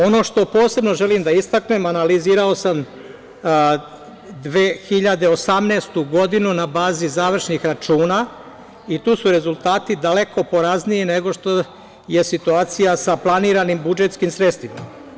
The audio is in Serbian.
Ono što posebno želim da istaknem, analizirao sam 2018. godinu na bazi završnih računa i tu su rezultati daleko porazniji nego što je situacija sa planiranim budžetskim sredstvima.